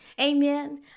Amen